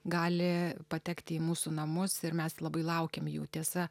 gali patekti į mūsų namus ir mes labai laukiam jų tiesa